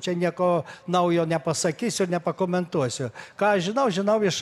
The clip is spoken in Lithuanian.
čia nieko naujo nepasakysiu nepakomentuosiu ką aš žinau žinau iš